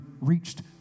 reached